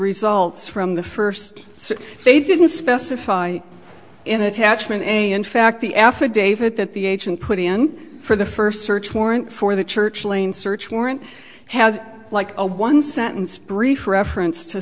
results from the first so they didn't specify an attachment a in fact the affidavit that the agent put in for the first search warrant for the church lane search warrant had like a one sentence brief reference to